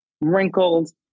wrinkled